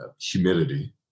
humidity